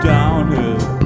Downhill